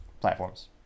platforms